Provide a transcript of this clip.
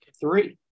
three